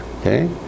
okay